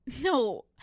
No